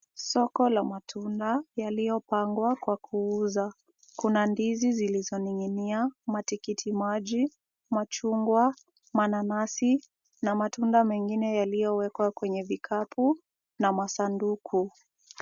Soko la matunda yaliyopangwa kwa kuuza, kuna ndizi zilizoning'inia, matikimaji, machungwa, mananasi na matunda mengine yaliyowekwa kwenye vikapu na masanduku.